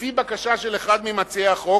לפי בקשה של אחד ממציעי החוק,